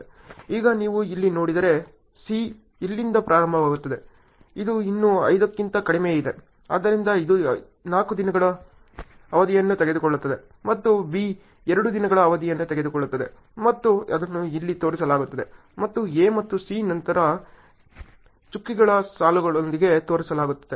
ಈಗ ನೀವು ಇಲ್ಲಿ ನೋಡಿದರೆ C C ಇಲ್ಲಿಂದ ಪ್ರಾರಂಭವಾಗುತ್ತಿದೆ ಇದು ಇನ್ನೂ 5 ಕ್ಕಿಂತ ಕಡಿಮೆ ಇದೆ ಆದ್ದರಿಂದ ಇದು 4 ದಿನಗಳ ಅವಧಿಯನ್ನು ತೆಗೆದುಕೊಳ್ಳುತ್ತದೆ ಮತ್ತು B 2 ದಿನಗಳ ಅವಧಿಯನ್ನು ತೆಗೆದುಕೊಳ್ಳುತ್ತದೆ ಮತ್ತು ಅದನ್ನು ಇಲ್ಲಿ ತೋರಿಸಲಾಗುತ್ತದೆ ಮತ್ತು A ಮತ್ತು C ನಂತರ ಚುಕ್ಕೆಗಳ ಸಾಲುಗಳೊಂದಿಗೆ ತೋರಿಸಲಾಗುತ್ತದೆ